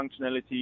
functionality